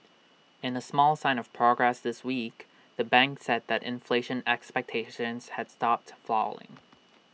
in A small sign of progress this week the bank said that inflation expectations had stopped falling